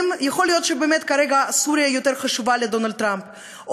יכול להיות שבאמת כרגע סוריה יותר חשובה לדונלד טראמפ,